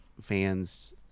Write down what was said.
fans